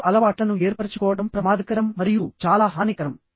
చెడు అలవాట్లను ఏర్పరచుకోవడం ప్రమాదకరం మరియు చాలా హానికరం